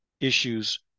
issues